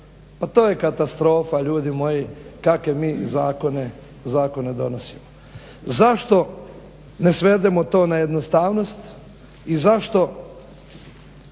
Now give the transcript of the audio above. Pa to je katastrofa ljudi moji kakve mi zakone donosimo. Zašto ne svedemo to na jednostavnost i zašto